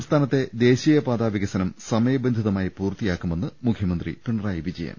സംസ്ഥാനത്തെ ദേശീയപാതാ വികസനം സമയബന്ധിതമായി പൂർത്തിയാക്കുമെന്ന് മുഖ്യമന്ത്രി പിണറായി വിജയൻ